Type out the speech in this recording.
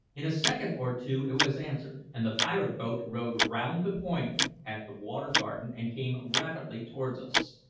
in a second or two it was answered, and the pirate boat rowed round the point at the water garden and came rapidly towards us.